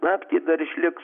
naktį dar išliks